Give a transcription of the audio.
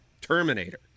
Terminator